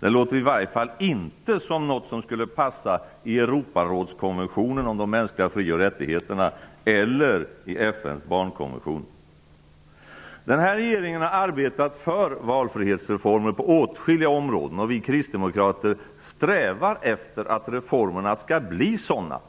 Det låter i alla fall inte som något som skulle passa i Europarådskonventionen om de mänskliga fri och rättigheterna eller FN:s barnkonvention. Regeringen har arbetat för valfrihetsreformer på åtskilliga områden. Vi kristdemokrater strävar efter att reformerna skall bli sådana